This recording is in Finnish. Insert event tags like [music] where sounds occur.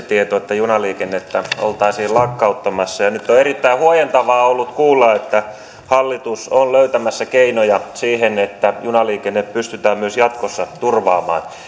[unintelligible] tieto että junaliikennettä oltaisiin lakkauttamassa ja nyt on erittäin huojentavaa ollut kuulla että hallitus on löytämässä keinoja siihen että junaliikenne pystytään myös jatkossa turvaamaan